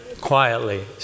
quietly